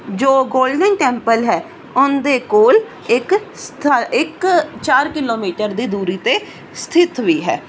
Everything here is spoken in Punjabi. ਜੋ ਗੋਲਡਨ ਟੈਂਪਲ ਹੈ ਉਹਦੇ ਕੋਲ ਇੱਕ ਸਥਾ ਇੱਕ ਚਾਰ ਕਿਲੋਮੀਟਰ ਦੀ ਦੂਰੀ 'ਤੇ ਸਥਿਤ ਵੀ ਹੈ